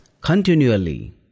continually